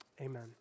Amen